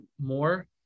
more